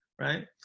right